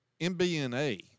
MBNA